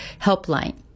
helpline